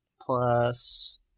plus